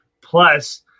plus